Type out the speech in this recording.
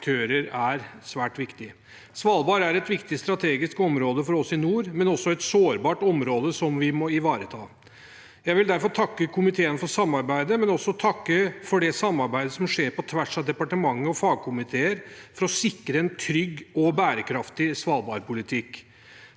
Svalbard er et viktig strategisk område for oss i nord, men også et sårbart område vi må ivareta. Jeg vil derfor takke komiteen for samarbeidet, men også takke for det samarbeidet som skjer på tvers av departement og fagkomiteer for å sikre en trygg og bærekraftig svalbardpolitikk.